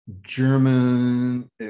german